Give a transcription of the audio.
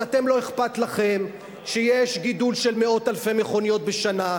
אז לכם לא אכפת שיש גידול של מאות אלפי מכוניות בשנה.